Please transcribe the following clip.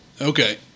Okay